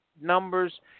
numbers